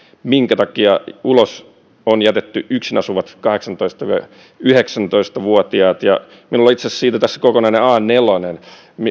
minkä takia ulos on jätetty yksin asuvat kahdeksantoista viiva yhdeksäntoista vuotiaat minulla on itse asiassa siitä tässä kokonainen a nelonen